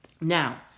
now